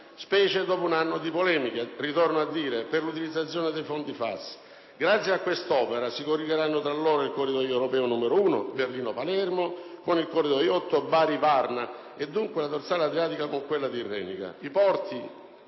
specie dopo un anno di polemiche - ritorno a dire - per l'utilizzazione dei fondi FAS. Grazie a quest'opera si collegheranno tra loro il Corridoio europeo 1 Berlino-Palermo con il Corridoio 8 Bari-Parma e, dunque, la dorsale adriatica con quella tirrenica. I porti